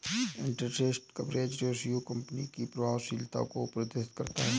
interest coverage ratio company की प्रभावशीलता को प्रदर्शित करता है